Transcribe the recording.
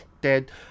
dead